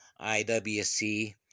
IWC